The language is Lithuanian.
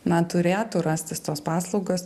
na turėtų rastis tos paslaugos